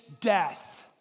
death